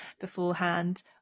beforehand